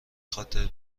خاطر